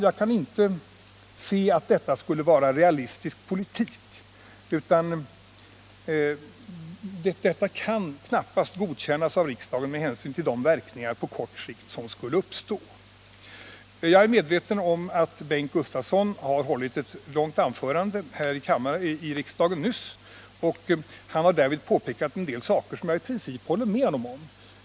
Jag kan inte se att detta skulle vara realistisk politik. Detta kan knappast godkännas av riksdagen, med hänsyn till de verkningar på kort sikt som skulle uppstå. Jag är medveten om att Bengt Gustavsson nyss hållit ett långt anförande här i kammaren. Han har därvid påpekat en del saker som jag i princip håller med honom om.